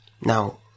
Now